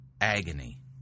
agony